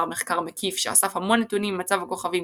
מחקר מקיף שאסף המון נתונים ממצב הכוכבים,